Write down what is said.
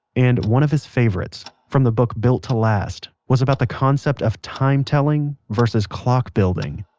and one of his favorites, from the book built to last, was about the concept of time telling versus clock building.